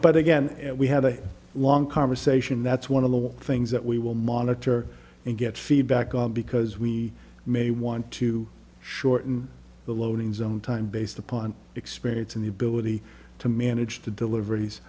but again we had a long conversation that's one of the things that we will monitor and get feedback on because we may want to shorten the loading zone time based upon experience in the ability to manage to deliveries